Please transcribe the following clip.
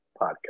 podcast